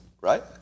right